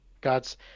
God's